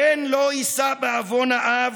בן לא יישא בעוון האב,